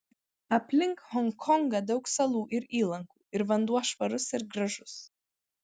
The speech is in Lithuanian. aplink honkongą daug salų ir įlankų ir vanduo švarus ir gražus